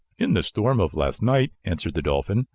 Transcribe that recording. in the storm of last night, answered the dolphin,